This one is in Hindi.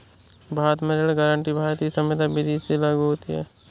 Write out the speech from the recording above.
भारत में ऋण गारंटी भारतीय संविदा विदी से लागू होती है